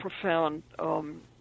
profound